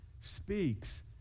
speaks